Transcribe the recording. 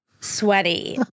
sweaty